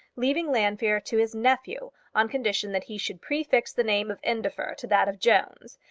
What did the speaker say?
leaving llanfeare to his nephew on condition that he should prefix the name of indefer to that of jones,